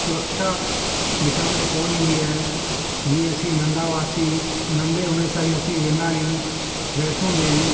सुरक्षा ॾिसण में कोन ईंदी आहे जीअं असी नंढा हुआसीं नंढे हूंदे सां ई असीं वेंदा आहियूं वैष्णो देवी